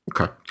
Okay